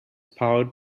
powered